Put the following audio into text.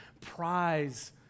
prize